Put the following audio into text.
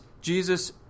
Jesus